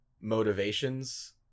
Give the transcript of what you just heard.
motivations